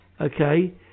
okay